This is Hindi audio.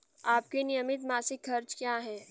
आपके नियमित मासिक खर्च क्या हैं?